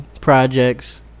projects